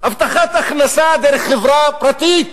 הבטחת הכנסה דרך חברה פרטית,